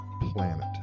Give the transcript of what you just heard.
planet